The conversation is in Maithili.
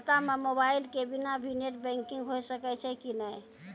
खाता म मोबाइल के बिना भी नेट बैंकिग होय सकैय छै कि नै?